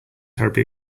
terribly